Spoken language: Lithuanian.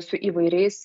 su įvairiais